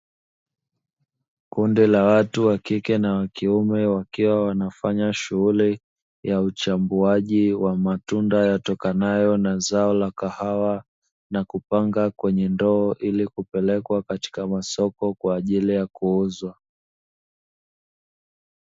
Kundi la watu wa kike na wa kiume wakiwa wanafanya shughuli ya uchambuaji wa matunda yatokanayo na zao la kahawa, na kupanga kwenye ndoo ili kupelekwa katika masoko kwa ajili ya kuuzwa.